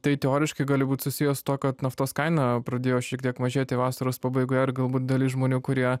tai teoriškai gali būt susiję su tuo kad naftos kaina pradėjo šiek tiek mažėti vasaros pabaigoje ir galbūt dalis žmonių kurie